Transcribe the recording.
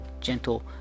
gentle